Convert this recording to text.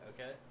okay